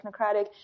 technocratic